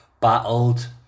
battled